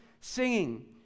singing